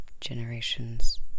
generations